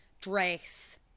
dress